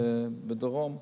בדרום,